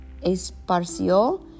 esparció